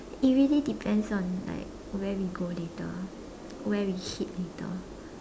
it really depends on like where we go later where we eat later